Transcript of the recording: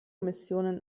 missionen